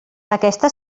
aquesta